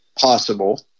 possible